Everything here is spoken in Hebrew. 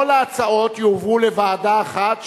כל ההצעות יועברו לוועדה אחת,